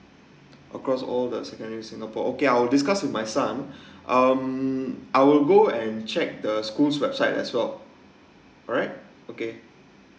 across all the secondary singapore okay I will discuss with my son um I will go and check the school's website as well alright okay